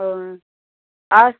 O R